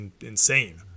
insane